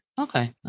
Okay